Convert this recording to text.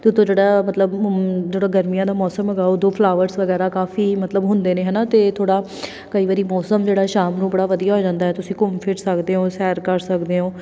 ਅਤੇ ਉੱਤੋਂ ਜਿਹੜਾ ਮਤਲਬ ਜਿਹੜਾ ਗਰਮੀਆਂ ਦਾ ਮੌਸਮ ਹੈਗਾ ਉਦੋਂ ਫਲਾਵਰਸ ਵਗੈਰਾ ਕਾਫ਼ੀ ਮਤਲਬ ਹੁੰਦੇ ਨੇ ਹੈ ਨਾ ਅਤੇ ਥੋੜ੍ਹਾ ਕਈ ਵਾਰੀ ਮੌਸਮ ਜਿਹੜਾ ਸ਼ਾਮ ਨੂੰ ਬੜਾ ਵਧੀਆ ਹੋ ਜਾਂਦਾ ਤੁਸੀਂ ਘੁੰਮ ਫਿਰ ਸਕਦੇ ਹੋ ਸੈਰ ਕਰ ਸਕਦੇ ਹੋ